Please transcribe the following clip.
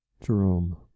jerome